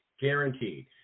guaranteed